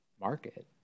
market